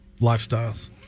lifestyles